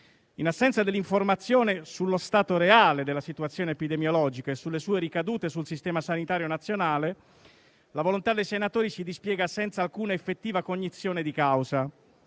In assenza dell'informazione sullo stato reale della situazione epidemiologica e sulle sue ricadute sul Sistema Sanitario Nazionale, la volontà del sottoscritto e di tutti i senatori, si dispiega senza alcuna effettiva cognizione di causa.